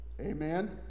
Amen